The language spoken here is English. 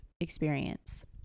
experience